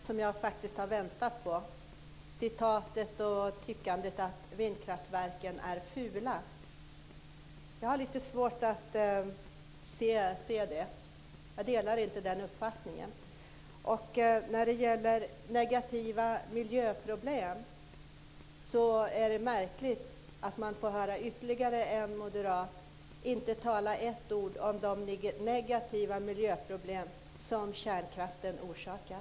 Fru talman! Nu kom det som jag faktiskt har väntat på: tyckandet att vindkraftverken är "fula". Jag har lite svårt att se det. Jag delar inte den uppfattningen. När det gäller negativa miljöproblem är det märkligt att man får höra ytterligare en moderat inte säga ett ord om de negativa miljöproblem som kärnkraften orsakar.